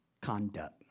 conduct